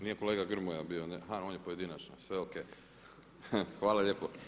Nije kolega GRmoja bio, aha on je pojedinačno, sve o.k. Hvala lijepo.